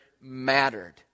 mattered